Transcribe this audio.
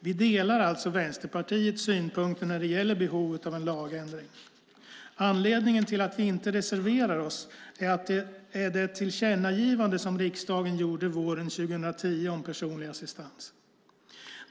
Vi delar alltså Vänsterpartiets synpunkter när det gäller behovet av en lagändring. Anledningen till att vi inte reserverar oss är det tillkännagivande som riksdagen gjorde våren 2010 om personlig assistans.